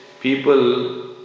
people